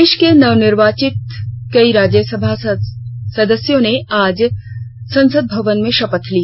देश के नवनिर्वाचित पैतालीस राज्यसभा सदस्यों ने आज संसद में भवन में शपथ ली